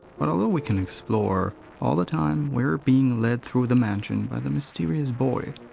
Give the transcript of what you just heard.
but although we can explore, all the time, we're being led through the mansion by the mysterious boy,